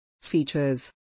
Features